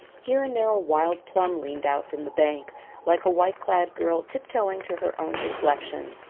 here and there a wild plum leaned out from the bank like a white-clad girl tip-toeing to her own reflection.